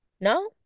No